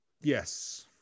Yes